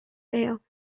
bail